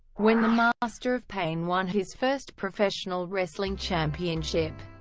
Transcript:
when the master of pain won his first professional wrestling championship.